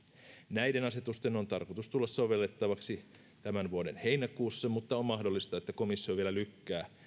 näiden asetusten on tarkoitus tulla sovellettaviksi tämän vuoden heinäkuussa mutta on mahdollista että komissio vielä lykkää